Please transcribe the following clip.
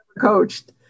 coached